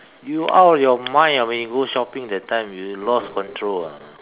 you out of your mind ah when shopping that time you lost control ah